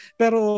pero